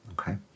okay